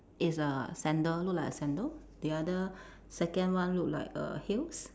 is a sandal look like a sandal the other second one look like err heels